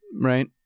Right